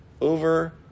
Over